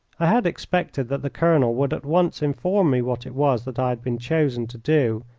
i had expected that the colonel would at once inform me what it was that i had been chosen to do,